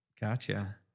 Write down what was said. gotcha